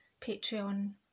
Patreon